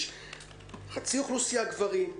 יש כמעט חצי אוכלוסייה גברים,